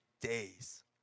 days